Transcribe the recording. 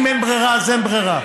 אם אין ברירה, אז אין ברירה,